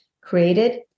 created